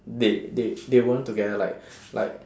they they they weren't together like like